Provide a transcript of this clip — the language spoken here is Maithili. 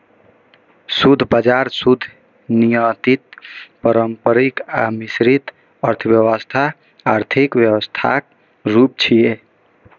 शुद्ध बाजार, शुद्ध नियंत्रित, पारंपरिक आ मिश्रित अर्थव्यवस्था आर्थिक व्यवस्थाक रूप छियै